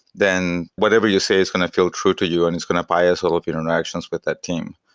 then whatever you say is going to feel true to you and it's going to bias all of your interactions with that team.